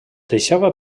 deixava